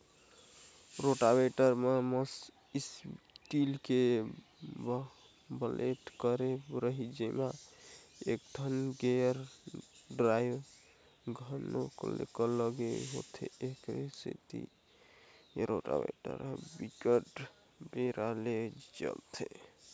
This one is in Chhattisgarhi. रोटावेटर म स्टील के बलेड लगे रहिथे जेमा एकठन गेयर ड्राइव घलोक लगे होथे, एखरे सेती ए रोटावेटर ह बिकट बेरा ले चलथे